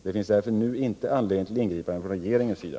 Det finns därför nu inte anledning till ingripanden från regeringens sida.